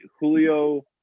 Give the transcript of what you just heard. Julio